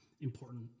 important